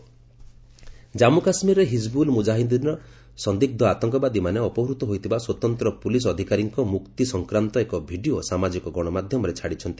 କେକେ police Jammu କାଶ୍ମୀରରେ ହିଜିବୁଲ୍ ମୁଜାହିଦିନ୍ର ସନ୍ଦିଗ୍ନ ଆତଙ୍କବାଦୀମାନେ ଅପହୃତ ହୋଇଥିବା ସ୍ୱତନ୍ତ୍ର ପୁଲିସ୍ ଅଧିକାରୀଙ୍କ ମୁକ୍ତି ସଂକ୍ରାନ୍ତ ଏକ ଭିଡ଼ିଓ ସାମାଜିକ ଗଣମାଧ୍ୟମରେ ଛାଡ଼ିଛନ୍ତି